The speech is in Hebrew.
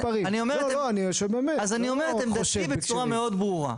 ואני אומר את עמדתי בצורה מאוד ברורה.